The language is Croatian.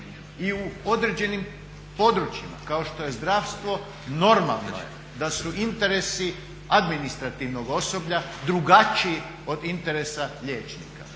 i u određenim područjima kao što je zdravstvo normalni, da su interesi administrativnog osoblja drugačiji od interesa liječnika.